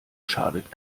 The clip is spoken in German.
schadet